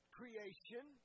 creation